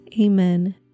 Amen